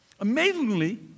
Amazingly